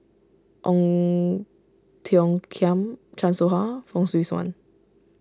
Ong Tiong Khiam Chan Soh Ha Fong Swee Suan